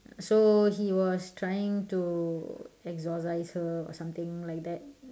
so he was trying to exorcise her or something like that